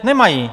Nemají!